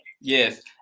yes